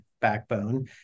backbone